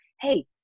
Hey